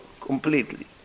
completely